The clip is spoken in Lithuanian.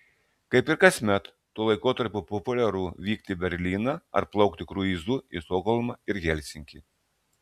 kaip ir kasmet tuo laikotarpiu populiaru vykti į berlyną ar plaukti kruizu į stokholmą ir helsinkį